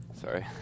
Sorry